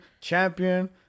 Champion